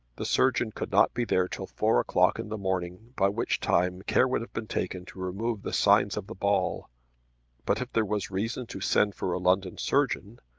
the surgeon could not be there till four o'clock in the morning by which time care would have been taken to remove the signs of the ball but if there was reason to send for a london surgeon,